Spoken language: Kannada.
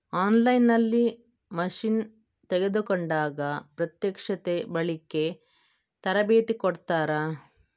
ಆನ್ ಲೈನ್ ನಲ್ಲಿ ಮಷೀನ್ ತೆಕೋಂಡಾಗ ಪ್ರತ್ಯಕ್ಷತೆ, ಬಳಿಕೆ, ತರಬೇತಿ ಕೊಡ್ತಾರ?